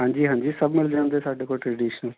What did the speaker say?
ਹਾਂਜੀ ਹਾਂਜੀ ਸਭ ਮਿਲ ਜਾਂਦੇ ਸਾਡੇ ਕੋਲ ਟ੍ਰਡੀਸ਼ਨਲ